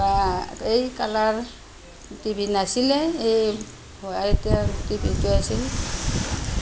বা এই কালাৰ টিভি নাছিলে এই হুৱাইটৰ টিভিটো আছিল